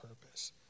purpose